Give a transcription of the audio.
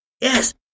Yes